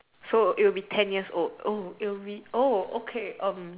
so it would be ten years old oh it will be oh okay um